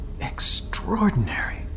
Extraordinary